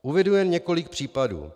Uvedu jen několik případů.